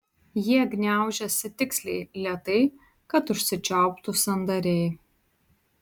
jie gniaužiasi tiksliai lėtai kad užsičiauptų sandariai